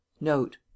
Note